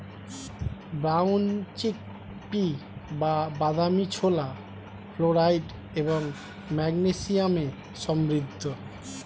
brown chickpea বা বাদামী ছোলা ফ্লোরাইড এবং ম্যাগনেসিয়ামে সমৃদ্ধ